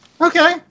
Okay